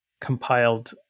compiled